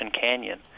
Canyon